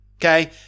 okay